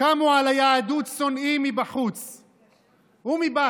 קמו על היהדות שונאים מבחוץ ומבית.